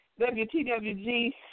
WTWG